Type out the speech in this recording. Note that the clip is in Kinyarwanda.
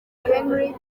henri